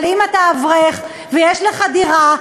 אבל אם אתה אברך ויש לך דירה,